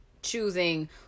choosing